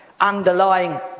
underlying